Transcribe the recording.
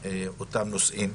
את אותם הנושאים,